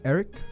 Eric